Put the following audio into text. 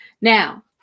now